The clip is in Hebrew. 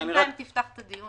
בינתיים תפתח את הדיון.